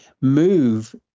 move